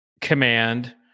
command